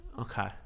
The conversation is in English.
Okay